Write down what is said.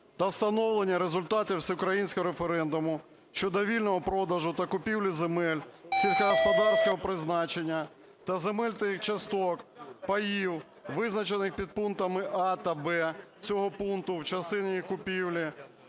та встановлення результатів всеукраїнського референдуму щодо вільного продажу та купівлі земель сільськогосподарського призначення та земельних часток (паїв), визначених підпунктами "а" та "б цього пункту, в частині їх купівлі